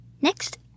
Next